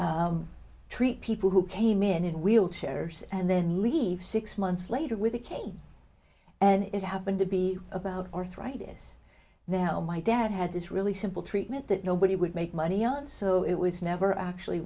doctor treat people who came in in wheelchairs and then leave six months later with a cane and it happened to be about arthritis now my dad had this really simple treatment that nobody would make money and so it was never actually